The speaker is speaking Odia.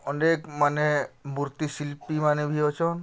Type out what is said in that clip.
ଅନେକ ମୂର୍ତ୍ତି ଶିଳ୍ପୀମାନେ ବି ଅଛନ୍